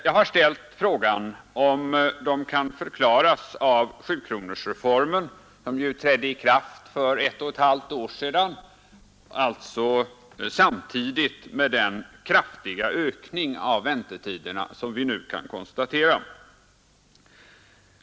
Jag har ställt frågan om de kan förklaras av sjukronorsreformen, som ju trädde i kraft för ett och ett halvt år sedan, alltså samtidigt med den kraftiga ökning av väntetiderna som vi nu kan konstatera.